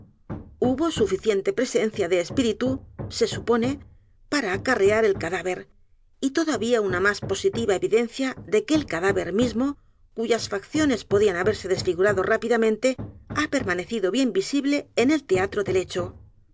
hubo suficiente presencia de espíritu se supone p a r a acarrear el c a d á v e r y todavía una m á s positiva evidencia de que el cadáver mismo cuyas facciones podían haberse desfigurado rápidamente ha permanecido bien visible en el teatro del